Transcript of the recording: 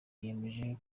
yiyemeje